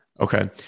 Okay